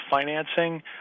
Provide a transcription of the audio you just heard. financing